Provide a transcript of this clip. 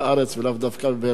ולאו דווקא בבאר-שבע.